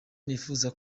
nifuza